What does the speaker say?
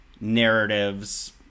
narratives